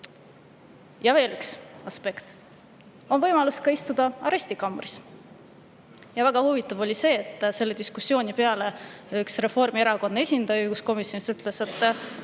Ja veel üks aspekt: on ka võimalus istuda arestikambris. Väga huvitav oli see, et selle diskussiooni peale üks Reformierakonna esindaja õiguskomisjonis ütles, et